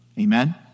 Amen